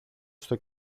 στο